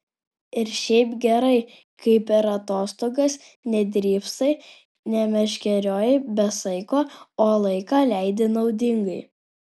ir šiaip gerai kai per atostogas nedrybsai nemeškerioji be saiko o laiką leidi naudingai